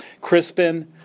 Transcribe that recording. Crispin